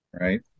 right